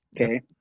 Okay